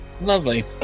lovely